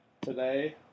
today